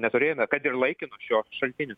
neturėjome kad ir laikino šio šaltinio